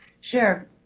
Sure